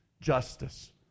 justice